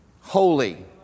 Holy